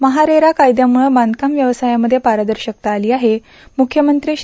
महारेरा कायद्यामुळं बांधकाम व्यवसायामध्ये पारदर्शकता आली आहे मुख्यमंत्री श्री